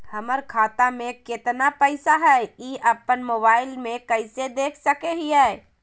हमर खाता में केतना पैसा हई, ई अपन मोबाईल में कैसे देख सके हियई?